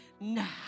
now